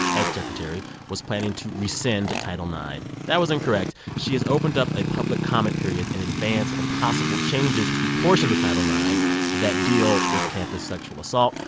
ed secretary, was planning to rescind title nine. that was incorrect. she has opened up a public comment period in advance of possible changes to portions of title nine that deal with campus sexual assault.